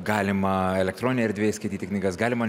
galima elektroninėj erdvėj skaityti knygas galima